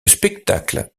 spectacle